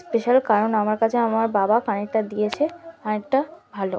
special কারণ আমার কাছে আমার বাবা কানেরটা দিয়েছে কানেরটা ভালো